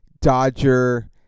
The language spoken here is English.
Dodger